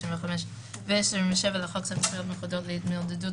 25 ו- 27 לחוק סמכויות מיוחדות להתמודדות